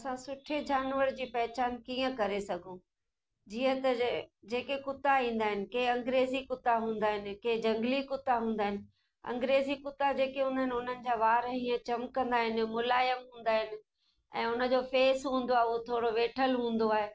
असां सुठे जानवर जी पहिचान कीअं करे सघूं जीअं त ज जेके कुता ईंदा आहिनि के अंग्रेज़ी कुता हुंदा आहिनि के जंगली कुता हूंदा आहिनि अंग्रज़ी कुत्ता जेके हूंदा आहिनि उन्हनि वार हीअं चिमकंदा आहिनि मुलायम हुंदा आहिनि ऐं हुनजो फेस हूंदो आहे उहो थोरो वेठल हूंदो आहे